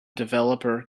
developer